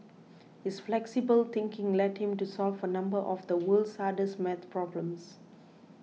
his flexible thinking led him to solve a number of the world's hardest maths problems